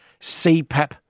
CPAP